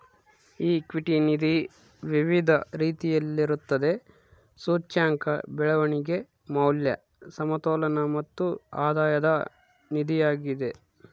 equity ನಿಧಿ ವಿವಿಧ ರೀತಿಯಲ್ಲಿರುತ್ತದೆ, ಸೂಚ್ಯಂಕ, ಬೆಳವಣಿಗೆ, ಮೌಲ್ಯ, ಸಮತೋಲನ ಮತ್ತು ಆಧಾಯದ ನಿಧಿಯಾಗಿದೆ